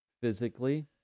physically